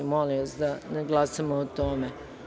Molim vas da ne glasamo o tome.